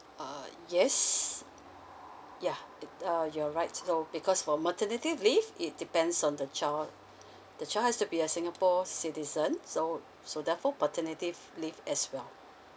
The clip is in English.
ah yes yeah it uh you're right so because for maternity leave it depends on the child the child has to be a singapore citizen so so therefore paternity f~ leave as well